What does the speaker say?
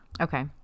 Okay